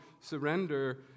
surrender